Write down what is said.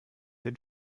den